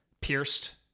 pierced